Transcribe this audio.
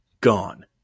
gone